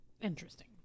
interesting